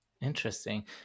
Interesting